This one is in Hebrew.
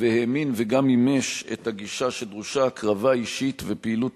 והאמין וגם מימש את הגישה שדרושות הקרבה אישית ופעילות